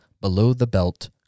below-the-belt